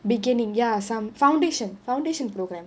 beginning ya some foundation foundation programme